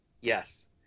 yes